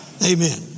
Amen